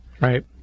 Right